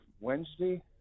Wednesday